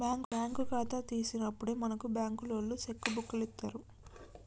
bank ఖాతా తీసినప్పుడే మనకు బంకులోల్లు సెక్కు బుక్కులిత్తరు